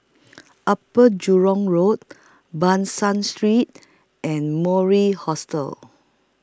Upper Jurong Road Ban San Street and Mori Hostel